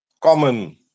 common